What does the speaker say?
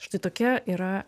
štai tokia yra